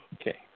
Okay